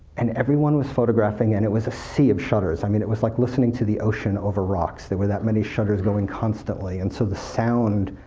and everyone was photographing, and it was a sea of shutters. i mean, it was like listening to the ocean over rocks, there were that many shutters going constantly, and so the sound,